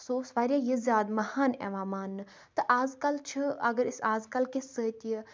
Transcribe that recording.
سُہ اوس واریاہ یہِ زیادٕ مَہان یِوان ماننہٕ تہٕ اَز کَل چھِ اگر أسۍ اَز کَل کِس سۭتۍ یہِ